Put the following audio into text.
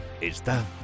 está